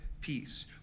peace